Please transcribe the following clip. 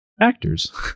actors